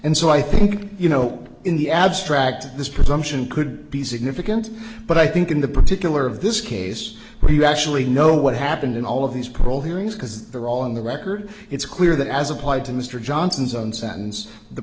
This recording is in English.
and so i think you know in the abstract this presumption could be significant but i think in the particular of this case where you actually know what happened in all of these parole hearings because they're all on the record it's clear that as applied to mr johnson's own sentence the